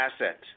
asset